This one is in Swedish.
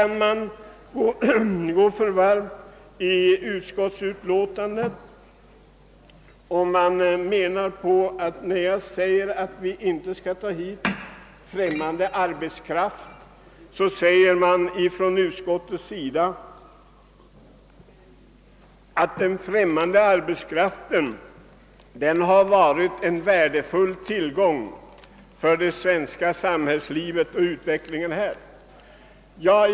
När jag i min motion framhåller att vi inte bör importera utländsk arbetskraft, anför utskottet att den utländska arbetskraften har varit en värdefull tillgång för det svenska samhällslivet och för utvecklingen här i landet.